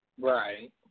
Right